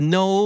no